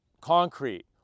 concrete